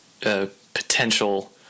potential